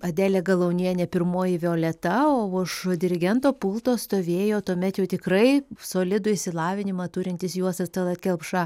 adelė galaunienė pirmoji violeta o už dirigento pulto stovėjo tuomet jau tikrai solidų išsilavinimą turintis juozas talat kelpša